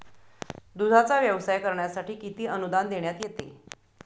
दूधाचा व्यवसाय करण्यासाठी किती अनुदान देण्यात येते?